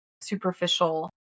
superficial